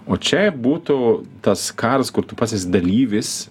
o čia būtų tas karas kur tu pats esi dalyvis